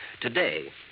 Today